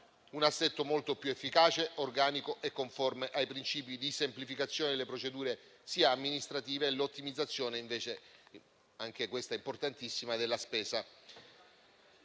un assetto molto più efficace, organico e conforme ai princìpi di semplificazione delle procedure amministrative e di ottimizzazione della spesa,